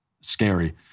Scary